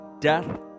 Death